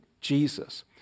Jesus